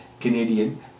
Canadian